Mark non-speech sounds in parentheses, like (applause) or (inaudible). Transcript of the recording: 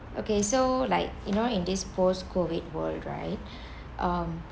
okay so like you know in this post COVID world right (breath) um